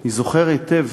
אני זוכר היטב